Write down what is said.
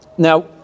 Now